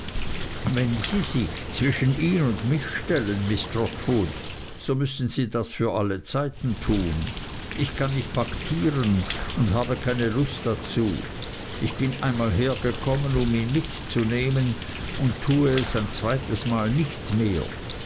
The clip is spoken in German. wenn sie sich zwischen ihn und mich stellen miß trotwood so müssen sie das für alle zeiten tun ich kann nicht paktieren und habe keine lust dazu ich bin einmal hergekommen um ihn mitzunehmen und tue es ein zweites mal nicht mehr